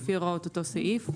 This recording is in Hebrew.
לפי הוראות אותו סעיף,